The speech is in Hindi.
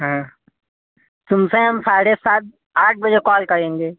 हाँ तुमसे हम साढ़े सात आठ बजे कॉल करेंगे